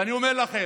ואני אומר לכם,